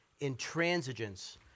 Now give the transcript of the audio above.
intransigence